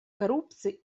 коррупции